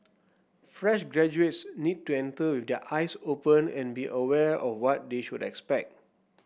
fresh graduates need to enter with their eyes open and be aware of what they should expect